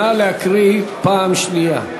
נגד נא להקריא פעם שנייה.